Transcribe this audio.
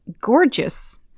Gorgeous